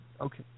Okay